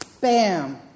bam